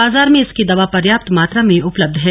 बाजार में इसकी दवा पर्याप्त मात्रा में उपलब्ध है